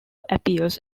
appears